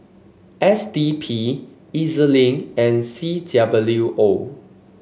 S D P E Z Link and C W O